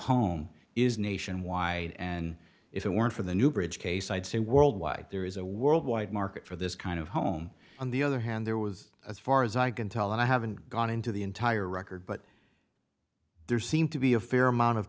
home is nationwide and if it weren't for the new bridge case i'd say worldwide there is a worldwide market for this kind of home on the other hand there was as far as i can tell and i haven't gone into the entire record but there seem to be a fair amount of